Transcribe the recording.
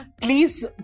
Please